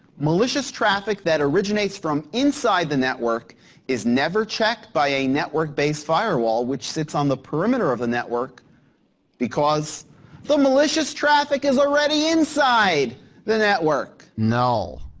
malicious traffic that originates from inside the network is never checked by a network based firewall, which sits on the perimeter of the network because the malicious traffic is already inside the network. no.